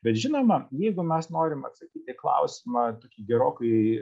bet žinoma jeigu mes norim atsakyt klausimą tokį gerokai